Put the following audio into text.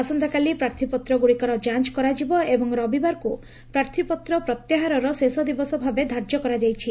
ଆସନ୍ତାକାଲି ପ୍ରାର୍ଥୀପତ୍ରଗୁଡ଼ିକର ଯାଞ୍ କରାଯିବ ଏବଂ ରବିବାରକୁ ପ୍ରାର୍ଥୀପତ୍ର ପ୍ରତ୍ୟାହାରର ଶେଷ ଦିବସ ଭାବେ ଧାର୍ଯ୍ୟ କରାଯାଇଛି